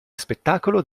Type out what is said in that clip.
spettacolo